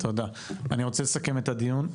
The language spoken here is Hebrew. אני רוצה לסכם את הדיון,